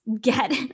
get